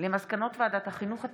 על מסקנות ועדת החינוך,